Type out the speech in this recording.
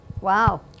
Wow